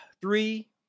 three